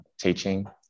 teaching